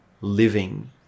living